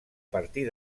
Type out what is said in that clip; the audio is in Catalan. partir